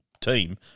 team